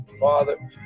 Father